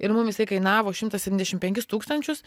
ir mums jisai kainavo šimtas septyniasdešimt penkis tūkstančius